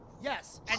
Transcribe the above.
Yes